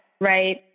right